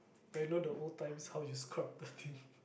where you know the old times how you scrub the thing